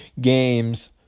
games